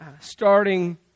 starting